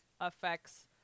affects